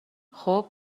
خوب